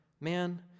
man